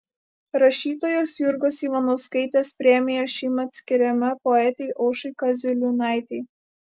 rašytojos jurgos ivanauskaitės premija šįmet skiriama poetei aušrai kaziliūnaitei